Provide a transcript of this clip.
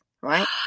Right